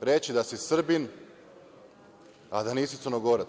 reći da si Srbin, a da nisi Crnogorac?